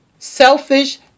Selfish